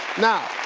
now